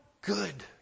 good